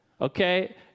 okay